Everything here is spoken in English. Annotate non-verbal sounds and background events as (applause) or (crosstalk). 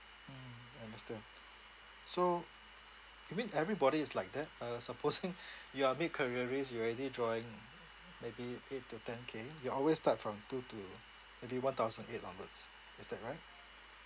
mm understand so you mean everybody is like that uh supposing (laughs) you are mid careerist you already drawing maybe eight to ten K you always start from two to maybe one thousand eight onwards is that right